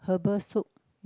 herbal soup